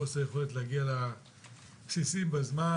חוסר יכולת להגיע לבסיסים בזמן,